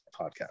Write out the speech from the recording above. podcast